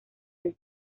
del